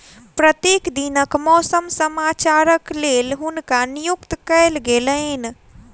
प्रत्येक दिनक मौसम समाचारक लेल हुनका नियुक्त कयल गेलैन